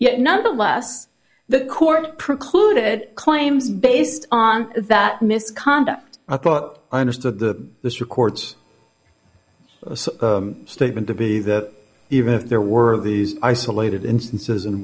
yet nonetheless the court precluded claims based on that misconduct i thought understood the this records statement to be that even if there were these isolated instances in